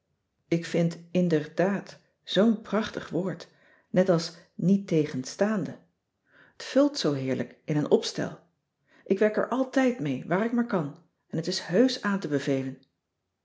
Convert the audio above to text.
ik vind inderdaad zoo'n prachtig woord net als niettegenstaande t vult zoo heerlijk in een opstel ik werk er altijd mee waar ik maar kan en t is heusch aan te bevelen